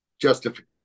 justification